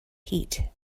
heat